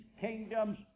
kingdoms